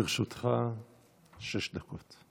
לרשותך שש דקות.